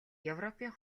европын